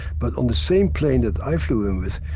but on the same plane that i flew in with,